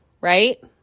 right